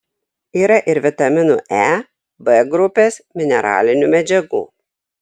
yra ir vitaminų e b grupės mineralinių medžiagų